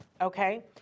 okay